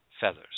feathers